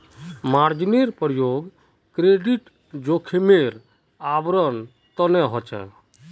मार्जिनेर प्रयोग क्रेडिट जोखिमेर आवरण तने ह छे